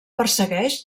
persegueix